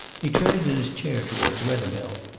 he turned in his chair towards wethermill.